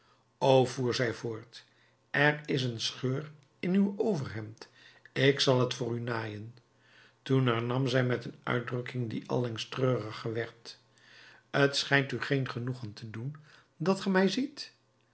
voer zij voort er is een scheur in uw overhemd ik zal t voor u naaien toen hernam zij met een uitdrukking die allengs treuriger werd t schijnt u geen genoegen te doen dat ge mij ziet